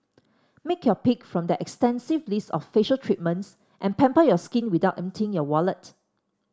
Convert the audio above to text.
make your pick from their extensive list of facial treatments and pamper your skin without emptying your wallet